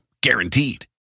guaranteed